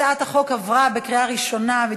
הצעת החוק עברה בקריאה ראשונה,